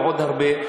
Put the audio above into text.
ועוד הרבה,